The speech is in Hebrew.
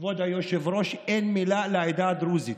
כבוד היושב-ראש, אין מילה על העדה הדרוזית.